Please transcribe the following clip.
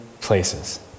places